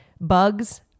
bugs